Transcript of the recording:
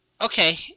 okay